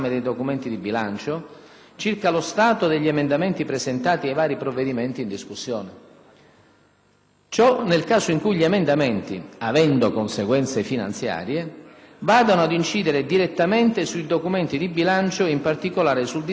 circa lo stato degli emendamenti presentati ai vari provvedimenti in discussione. Ciò nel caso in cui gli emendamenti, avendo conseguenze finanziarie, vadano ad incidere direttamente sui documenti di bilancio e in particolare sul disegno di legge finanziaria.